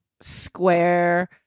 square